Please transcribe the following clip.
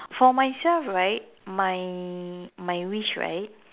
for myself right my my wish right